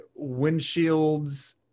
windshields